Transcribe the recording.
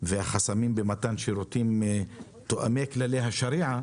והחסמים במתן שירותים תואמי כללי השריעה